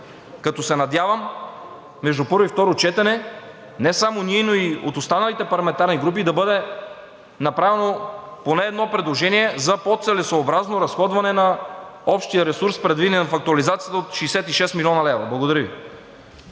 като се надявам между първо и второ четене не само ние, но и от останалите парламентарни групи да бъде направено поне едно предложение за по-целесъобразно разходване на общия ресурс, предвиден в актуализацията от 66 млн. лв. Благодаря Ви.